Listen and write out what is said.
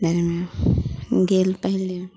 गेल पहिले